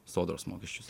sodros mokesčius